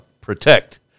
Protect